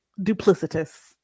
duplicitous